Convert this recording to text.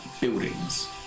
buildings